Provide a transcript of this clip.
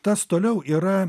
tas toliau yra